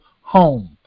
home